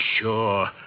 sure